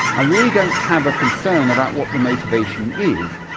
i really don't have a concern about what the motivation is,